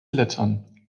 lettern